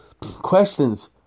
questions